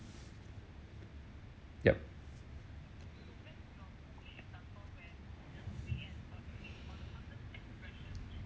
yup